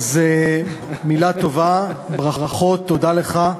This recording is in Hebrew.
אז מילה טובה: ברכות, תודה לך.